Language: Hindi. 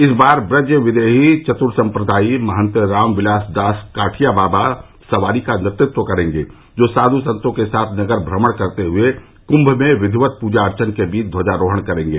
इस बार ब्रज विदेही चत्र्सम्प्रदायी महन्त रामविलास दास काठिया बाबा सवारी का नेतृत्व करेंगे जो साध् संतों के साथ नगर भ्रमण करते हुए कुम्म में विधिवत पूजन अर्चन के बीच ध्वजारोहण करेंगे